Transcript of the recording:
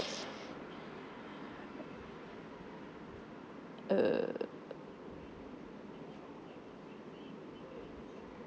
err